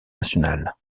nationale